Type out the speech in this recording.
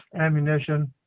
ammunition